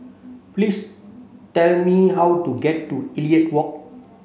please tell me how to get to Elliot Walk